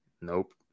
nope